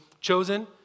chosen